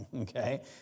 Okay